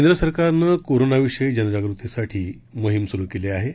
केंद्र सरकारनं कोरोनाविषयी जाग़तीसाठी मोहीम सुरु केली आहे